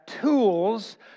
tools